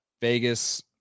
Vegas